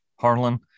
Harlan